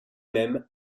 même